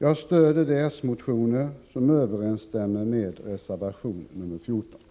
Jag stöder de s-motioner som överensstämmer med reservation nr 14.